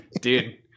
Dude